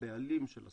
הבעלים של הספקים,